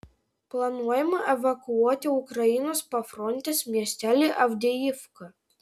planuojama evakuoti ukrainos pafrontės miestelį avdijivką